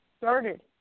started